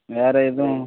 வேறு எதுவும்